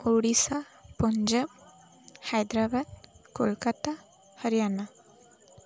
Odisha Punjab Hyderabad Kolkata Haryana